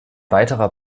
weiterer